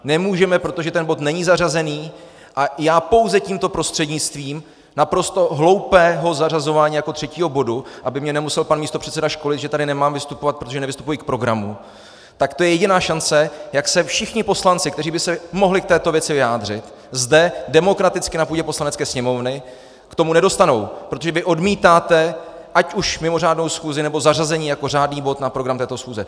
Nemůžeme, protože ten bod není zařazen, a já pouze tímto prostřednictvím naprosto hloupého zařazování jako třetího bodu, aby mě nemusel pan místopředseda školit, že tady nemám vystupovat, protože nevystupuji k programu, tak to je jediná šance, jak se všichni poslanci, kteří by se mohli k této věci vyjádřit, zde demokraticky na půdě Poslanecké sněmovny k tomu nedostanou, protože vy odmítáte ať už mimořádnou schůzi, anebo zařazení jako řádný bod programu této schůze.